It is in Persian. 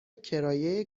کرایه